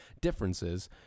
differences